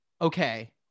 okay